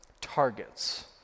targets